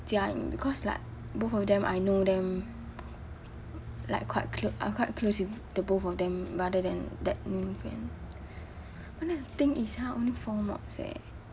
jia ying because like both of them I know them like quite clo~ I quite close with the both of them rather than that new friend but then the thing is ah only four mods eh